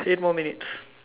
eight more minutes